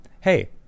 Hey